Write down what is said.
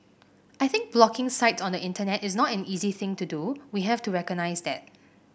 I think blocking sites on the Internet is not an easy thing to do we have to recognise that